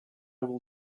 will